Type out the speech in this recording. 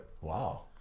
Wow